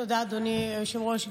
תודה, אדוני היושב-ראש.